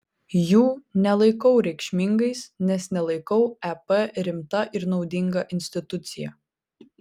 jų nelaikau reikšmingais nes nelaikau ep rimta ir naudinga institucija